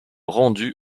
rendu